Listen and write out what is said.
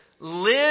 live